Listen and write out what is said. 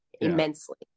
immensely